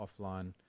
offline